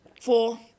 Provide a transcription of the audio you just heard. Four